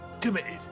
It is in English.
committed